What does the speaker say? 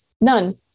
none